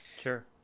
Sure